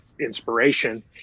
inspiration